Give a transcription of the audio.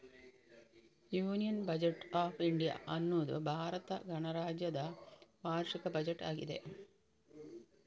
union budget of India ಅನ್ನುದು ಭಾರತ ಗಣರಾಜ್ಯದ ವಾರ್ಷಿಕ ಬಜೆಟ್ ಆಗಿದೆ